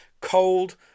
cold